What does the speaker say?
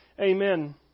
Amen